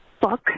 fuck